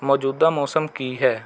ਮੌਜੂਦਾ ਮੌਸਮ ਕੀ ਹੈ